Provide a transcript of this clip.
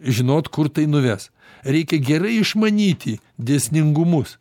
žinot kur tai nuves reikia gerai išmanyti dėsningumus